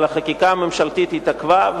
אבל החקיקה הממשלתית התעכבה,